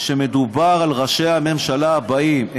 שמדובר על ראשי הממשלה הבאים,